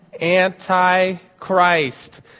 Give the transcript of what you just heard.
Antichrist